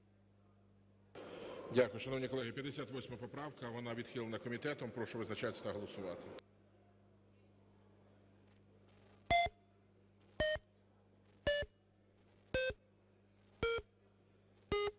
Дякую. Шановні колеги, 58 поправка, вона відхилена комітетом. Прошу визначатись та голосувати.